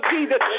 Jesus